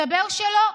מסתבר שלא.